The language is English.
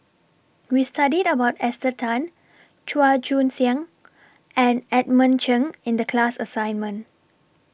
We studied about Esther Tan Chua Joon Siang and Edmund Cheng in The class assignment